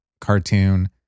cartoon